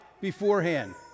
beforehand